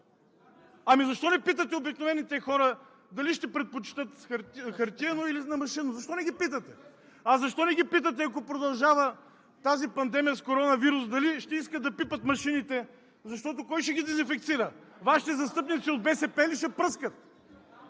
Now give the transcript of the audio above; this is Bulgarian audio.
Ами защо не питате обикновените хора дали ще предпочетат хартиено или машинно, защо не ги питате? (Реплики от „БСП за България“.) А защо не ги питате, ако продължава тази пандемия с коронавирус, дали ще искат да пипат машините, защото кой ще ги дезинфекцира? Вашите застъпници от БСП ли ще пръскат?